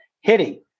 hitting